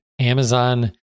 Amazon